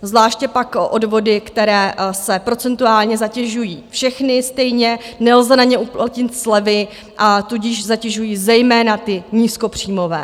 Zvláště pak odvody, které procentuálně zatěžují všechny stejně, nelze na ně uplatit slevy, a tudíž zatěžují zejména ty nízkopříjmové.